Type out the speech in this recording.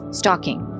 stalking